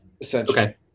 Essentially